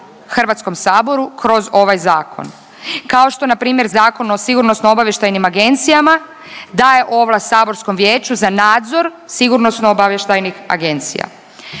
Hrvatskom saboru kroz ovaj zakon, kao što npr. Zakon o sigurnosno obavještajnim agencijama daje ovlast saborskom vijeću za nadzor sigurnosno obavještajnih agencija,